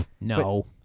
No